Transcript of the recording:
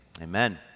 Amen